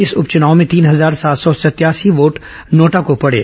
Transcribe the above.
इस उपचुनाव में तीन हजार सात सौ सतयासी वोट नोटा को पड़े